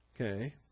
Okay